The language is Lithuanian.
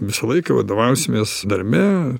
visą laiką vadovausimės darbe